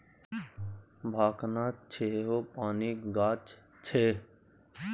भखना सेहो पानिक गाछ छै